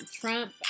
Trump